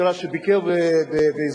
מה זה